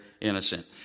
innocent